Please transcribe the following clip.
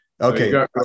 Okay